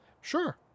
Sure